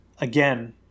again